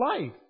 life